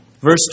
verse